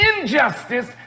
injustice